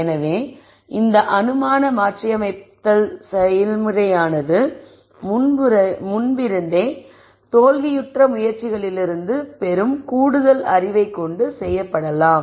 எனவே இந்த அனுமான மாற்றியமைத்தல் செயல்முறையானது முன்பிருந்தே தோல்வியுற்ற முயற்சிகளிலிருந்து பெரும் கூடுதல் அறிவைக் கொண்டு செய்யப்படலாம்